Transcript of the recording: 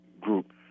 group